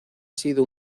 sido